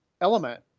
element